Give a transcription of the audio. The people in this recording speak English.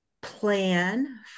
plan